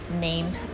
named